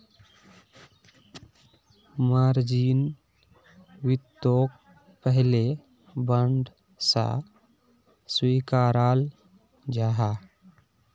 margin वित्तोक पहले bond सा स्विकाराल जाहा